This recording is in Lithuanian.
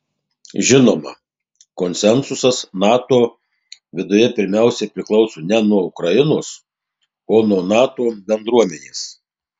žinoma konsensusas nato viduje pirmiausiai priklauso ne nuo ukrainos o nuo nato bendruomenės